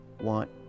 want